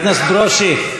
חבר הכנסת ברושי,